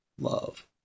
love